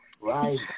Right